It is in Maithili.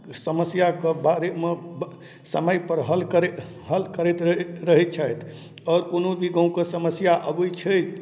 समस्या कऽ बारेमे समय पर हल करै हल करैत रहैत छथि आओर कोनो भी गाँवके समस्या अबैत छै